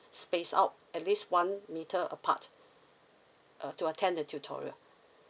spaced out at least one meter apart uh to attend the tutorial